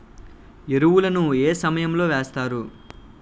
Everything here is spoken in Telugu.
ఎరువుల ను ఏ సమయం లో వేస్తారు?